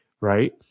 right